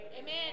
Amen